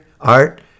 art